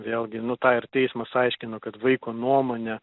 vėlgi nu tą ir teismas aiškina kad vaiko nuomonė